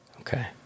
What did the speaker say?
Okay